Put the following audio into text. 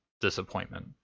disappointment